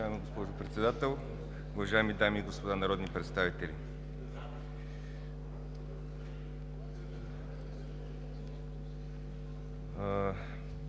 Уважаема госпожо Председател, уважаеми дами и господа народни представители!